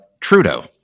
Trudeau